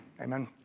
Amen